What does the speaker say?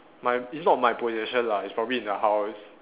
my it's not my possession lah it's probably in the house